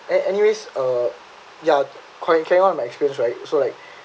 an~ anyways uh ya coin came on my experience right so like